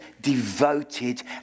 devoted